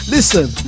Listen